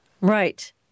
Right